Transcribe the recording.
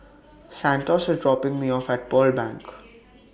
Santos IS dropping Me off At Pearl Bank